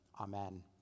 Amen